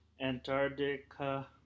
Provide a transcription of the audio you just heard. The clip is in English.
Antarctica